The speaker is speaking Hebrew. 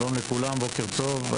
שלום לכולם, בוקר טוב.